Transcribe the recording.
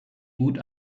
gut